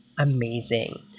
Amazing